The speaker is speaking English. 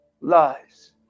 lies